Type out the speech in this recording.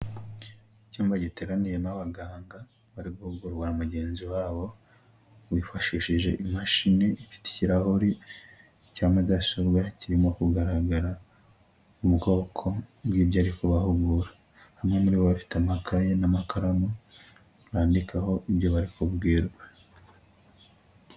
Icyumba giteraniyemo abaganga bari guhugurwa na mugenzi wabo wifashishije imashini ifite ikirahuri cya mudasobwa kirimo kugaragara mu bwoko bw'ibyo ari kubahugura, bamwe muri bo bafite amakaye n'amakaramu bandikaho ibyo bari bubwirwa.